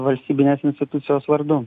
valstybinės institucijos vardu